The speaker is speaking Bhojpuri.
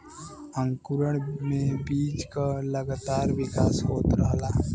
अंकुरण में बीज क लगातार विकास होत रहला